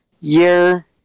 Year